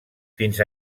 fins